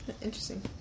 Interesting